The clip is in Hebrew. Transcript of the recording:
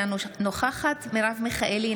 אינה נוכחת מרב מיכאלי,